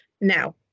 Now